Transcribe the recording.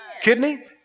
Kidney